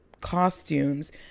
costumes